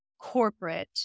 corporate